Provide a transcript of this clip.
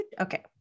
Okay